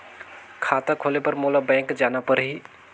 खाता खोले बर मोला बैंक जाना परही?